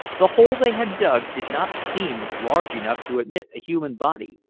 the hole they had dug did not seem large enough to admit a human body,